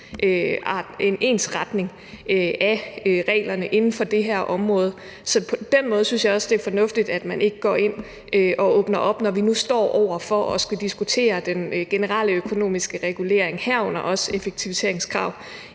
en ensretning af reglerne inden for det her område. På den måde synes jeg også det er fornuftigt, at man ikke går ind og åbner op, når vi nu står over for at skulle diskutere den generelle økonomiske regulering, herunder også effektiviseringskrav,